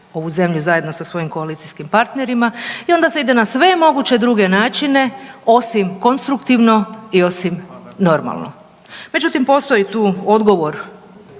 ovu zemlju zajedno sa svojim koalicijskim partnerima i onda se ide na sve moguće druge načine osim konstruktivno i osim normalno. Međutim postoji tu odgovor